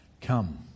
Come